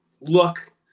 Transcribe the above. look